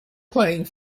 playing